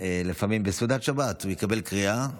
לפעמים בסעודת שבת הוא יקבל קריאה,